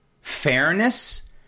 Fairness